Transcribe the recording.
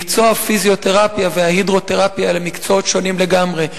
מקצוע הפיזיותרפיה ומקצוע ההידרותרפיה אלה מקצועות שונים לגמרי.